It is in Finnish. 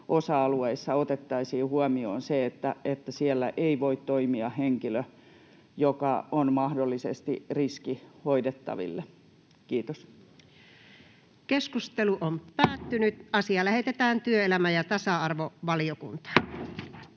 osa-alueissa otettaisiin huomioon se, että siellä ei voi toimia henkilö, joka on mahdollisesti riski hoidettaville. — Kiitos. Lähetekeskustelua varten esitellään päiväjärjestyksen 6. asia.